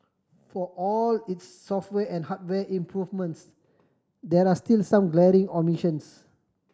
for all its software and hardware improvements there are still some glaring omissions